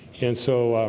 and so